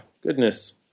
Goodness